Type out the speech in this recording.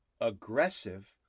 aggressive